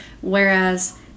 Whereas